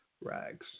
rags